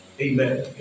Amen